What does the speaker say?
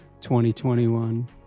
2021